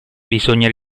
bisogna